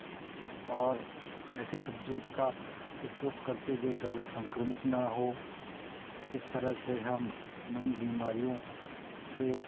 और ऐसी सब्ज़ियों का उपयोग करते जो ज़्यादा संक्रमित न हो इस तरह से हम निम्न बीमारियों से